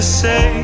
say